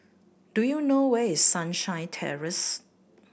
do you know where is Sunshine Terrace